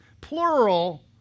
plural